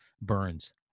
Burns